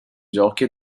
giochi